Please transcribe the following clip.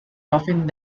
often